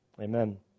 Amen